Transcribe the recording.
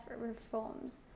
reforms